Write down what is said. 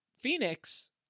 Phoenix